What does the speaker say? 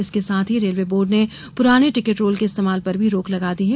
इसके साथ ही रेलवे बोर्ड ने पुराने टिकट रोल के इस्तेमाल पर भी रोक लगा दी है